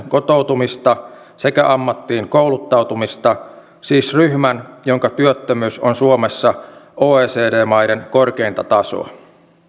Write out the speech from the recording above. kotoutumista sekä ammattiin kouluttautumista siis ryhmän jonka työttömyys on suomessa oecd maiden korkeinta tasoa